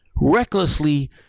Recklessly